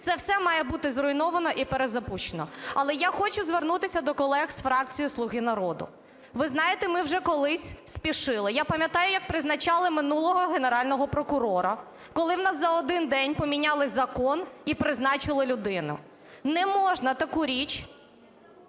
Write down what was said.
Це все має бути зруйновано і перезапущено. Але я хочу звернутися до колег з фракції "Слуги народу". Ви знаєте, ми вже колись спішили. Я пам'ятаю як призначали минулого Генерального прокурора, коли в нас за 1 день поміняли закон і призначили людину. Не можна таку річ…